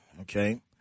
okay